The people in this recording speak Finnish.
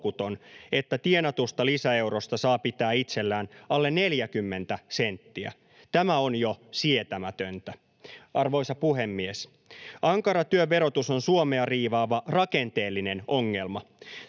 että tienatusta lisäeurosta saa pitää itsellään alle 40 senttiä. Tämä on jo sietämätöntä. Arvoisa puhemies! Ankara työn verotus on Suomea riivaava rakenteellinen ongelma.